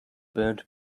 burnt